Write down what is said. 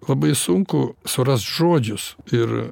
labai sunku surast žodžius ir